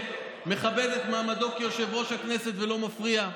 שמכבד את מעמדו כיושב-ראש הכנסת ולא מפריע,